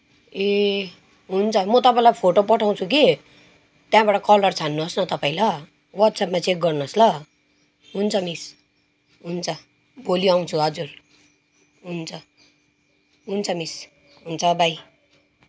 ए हुन्छ म तपाईँलाई फोटो पठाउँछु कि त्यहाँबाट कलर छान्नुहोस् न तपाईँ ल वाट्सएपमा चेक गर्नुहोस् ल हुन्छ मिस हुन्छ भोलि आउँछु हजुर हुन्छ हुन्छ मिस हुन्छ बाई